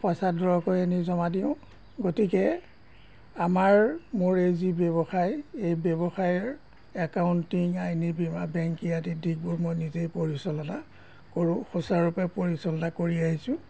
পইচা উইদ্ৰ কৰি আনি জমা দিওঁ গতিকে আমাৰ মোৰ এই যি ব্যৱসায় এই ব্যৱসায়ৰ একাউণ্টিং আইনী বীমা বেংকিং আদি দিশবোৰ মই নিজেই পৰিচালনা কৰোঁ সুচাৰুৰূপে পৰিচালনা কৰি আহিছোঁ